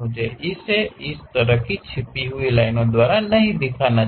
मुझे इसे इस तरह की छिपी हुई लाइनों द्वारा नहीं दिखाना चाहिए